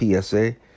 PSA